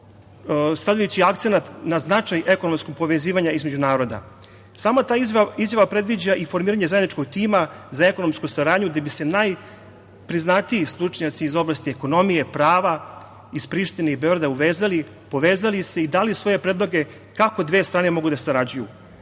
stavljajući akcenat na značaj ekonomskog povezivanja između naroda. Sama ta izjava predviđa i formiranje zajedničkog tima za ekonomsku saradnju gde bi se najpriznatiji stručnjaci iz oblasti ekonomije, prava iz Prištine i Beograda uvezali, povezali se i dali svoje predloge kako dve strane mogu da sarađuju.